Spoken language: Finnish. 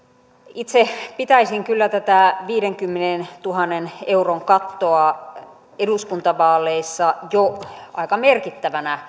itse pitäisin kyllä tätä viidenkymmenentuhannen euron kattoa eduskuntavaaleissa jo aika merkittävänä